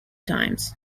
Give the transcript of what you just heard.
times